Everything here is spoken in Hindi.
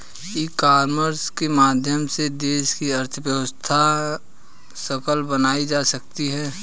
ई कॉमर्स के माध्यम से देश की अर्थव्यवस्था सबल बनाई जा सकती है